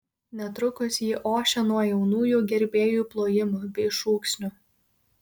netrukus ji ošė nuo jaunųjų gerbėjų plojimų bei šūksnių